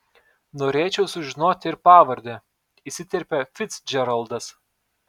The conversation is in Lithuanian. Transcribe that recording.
norėčiau sužinoti ir pavardę įsiterpia ficdžeraldas